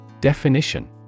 Definition